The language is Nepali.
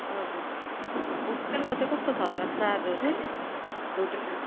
हजुर होटेलको चाहिँ कस्तो छ होला चार्जहरू होटेल